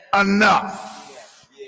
enough